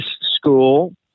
school